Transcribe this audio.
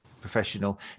professional